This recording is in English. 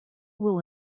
will